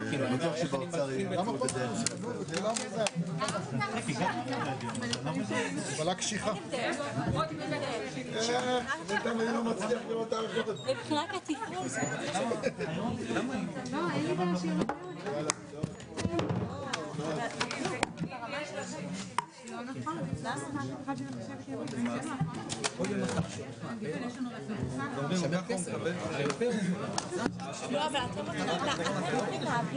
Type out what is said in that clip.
11:00.